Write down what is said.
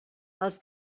els